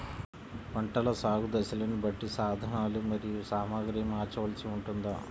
పంటల సాగు దశలను బట్టి సాధనలు మరియు సామాగ్రిని మార్చవలసి ఉంటుందా?